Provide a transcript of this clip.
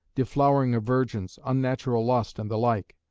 deflowering of virgins, unnatural lust, and the like.